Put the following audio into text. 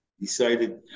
decided